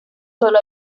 sólo